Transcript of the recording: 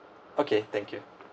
okay thank you